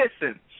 Listen